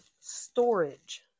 storage